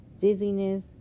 dizziness